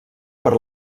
per